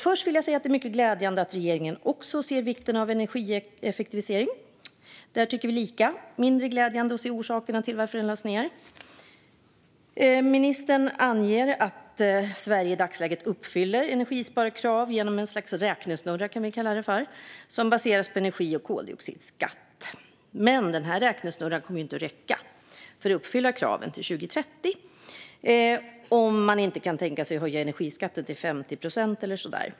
Först vill jag säga att det är mycket glädjande att regeringen också ser vikten av energieffektivisering. Där tycker vi lika. Det är mindre glädjande att se orsakerna till att utredningen lades ned. Ministern anger att Sverige i dagsläget uppfyller energisparkrav genom ett slags räknesnurra - vi kan kalla det så - som baseras på energi och koldioxidskatt. Men den här räknesnurran kommer inte att räcka för att uppfylla kraven till 2030 - om man inte kan tänka sig att höja energiskatten till 50 procent eller så.